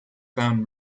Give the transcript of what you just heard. found